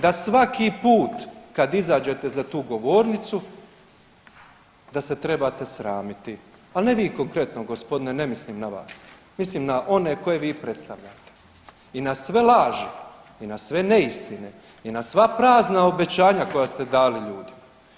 Da svaki put kad izađete za tu govornicu da se trebate sramiti, ali ne vi konkretno gospodine, ne mislim na vas, mislim na one koje vi predstavljate i na sve laži i na sve neistine i na sva prazna obećanja koja ste dali ljudima.